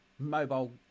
mobile